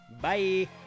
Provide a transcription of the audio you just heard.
bye